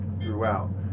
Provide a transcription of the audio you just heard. throughout